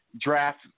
Draft